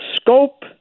scope